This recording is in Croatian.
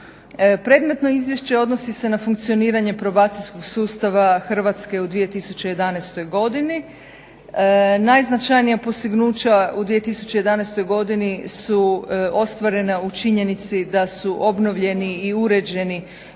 Predmetno izvješće odnosi se na funkcioniranje probacijskog sustava Hrvatske u 2011. godini. Najznačajnija postignuća u 2011. godini su ostvarena u činjenici da su obnovljeni i uređeni